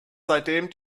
seitdem